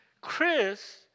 Chris